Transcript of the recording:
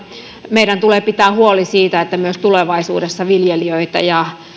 meidän tulee pitää huoli siitä että myös tulevaisuudessa viljelijöitä ja